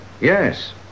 Yes